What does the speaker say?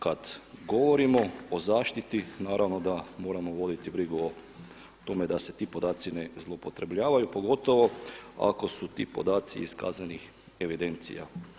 Kad govorimo o zaštiti naravno da moramo voditi brigu o tome da se ti podaci ne zloupotrebljavaju pogotovo ako su ti podaci iz kaznenih evidencija.